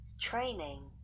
training